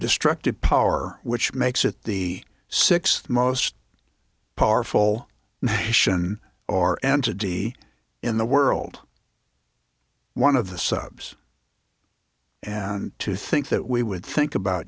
destructive power which makes it the sixth most powerful nation or entity in the world one of the subs and to think that we would think about